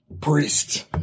Priest